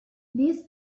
these